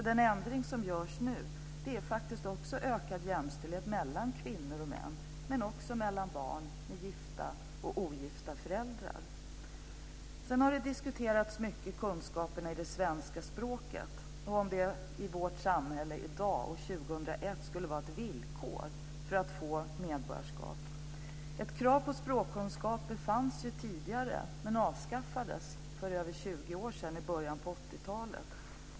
Den ändring som görs nu innebär faktiskt också ökad jämställdhet mellan kvinnor och män men också mellan barn till gifta och ogifta föräldrar. Något som har diskuterats mycket är frågan om ifall kunskaper i det svenska språket i vårt samhälle i dag, år 2001, skulle vara ett villkor för att få medborgarskap. Ett krav på språkkunskaper fanns ju tidigare men avskaffades för över 20 år sedan, i början på 80 talet.